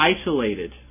isolated